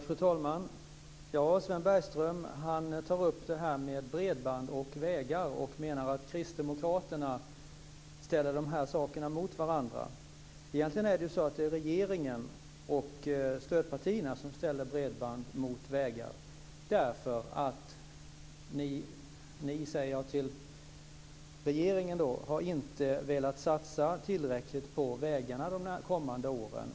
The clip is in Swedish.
Fru talman! Sven Bergström tar upp det här med bredband och vägar och menar att Kristdemokraterna ställer de här sakerna mot varandra. Egentligen är det så att det är regeringen och stödpartierna som ställer bredband mot vägar. Ni säger att regeringen inte har velat satsa tillräckligt på vägarna de kommande åren.